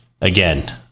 again